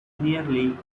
nearly